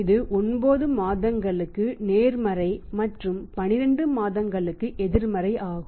இது 9 மாதங்களுக்கு நேர்மறை மற்றும் 12 மாதங்களுக்கு எதிர்மறை ஆகும்